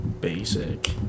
Basic